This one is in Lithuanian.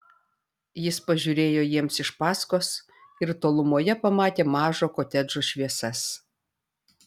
jis pažiūrėjo jiems iš paskos ir tolumoje pamatė mažo kotedžo šviesas